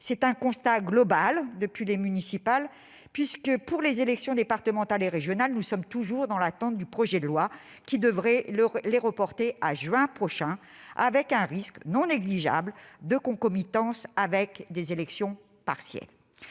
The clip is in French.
C'est un constat global depuis les municipales puisque, s'agissant des élections départementales et régionales, nous sommes toujours dans l'attente du projet de loi qui devrait les reporter à juin prochain, avec un risque non négligeable de concomitance avec des élections partielles.